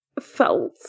felt